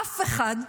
אף אחד,